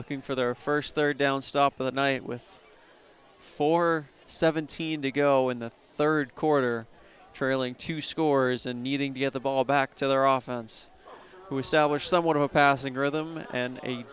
looking for their first third down stop of the night with four seventeen to go in the third quarter trailing two scores and needing to get the ball back to their often who established somewhat of a passing rhythm and a